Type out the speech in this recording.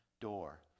door